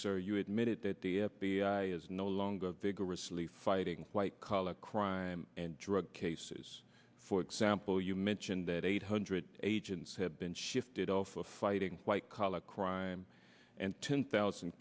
sir you admitted that the f b i is no longer vigorously fighting white collar crime and drug cases for example you mentioned that eight hundred agents have been shifted off of fighting white collar crime and ten thousand